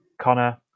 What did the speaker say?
Connor